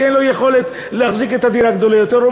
אין לו יכולת להחזיק דירה גדולה יותר.